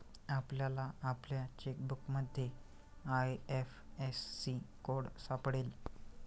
आपल्याला आपल्या चेकबुकमध्ये आय.एफ.एस.सी कोड सापडेल